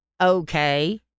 okay